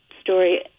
story